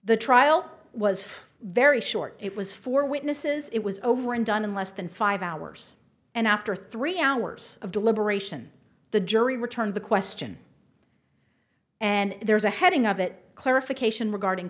the trial was very short it was four witnesses it was over and done in less than five hours and after three hours of deliberation the jury returned the question and there's a heading of that clarification regarding